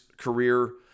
career